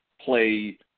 play